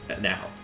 now